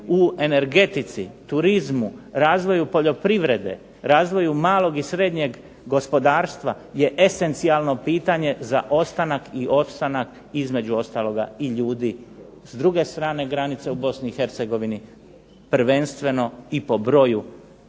u energetici, turizmu, razvoju poljoprivrede, razvoju malog i srednjeg gospodarstva je esencijalno pitanje za ostanak i opstanak između ostaloga i ljudi s druge strane granice u Bosni i Hercegovini, prvenstveno i po broju